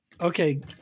okay